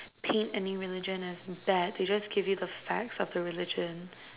paint any religions that is bad they just give you the facts of the religions